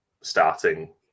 starting